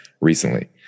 recently